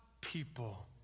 people